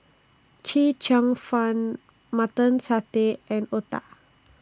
Chee Cheong Fun Mutton Satay and Otah